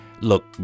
look